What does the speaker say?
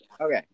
Okay